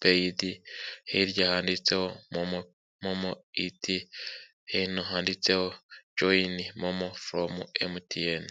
peyidi, hirya handitseho momo iti, hino handitseho joyini momo foromu emutiyene.